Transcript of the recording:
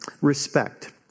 respect